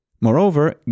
Moreover